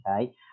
okay